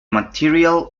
material